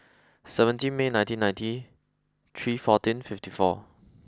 seventeenth May nineteen ninety three fourteen fifty four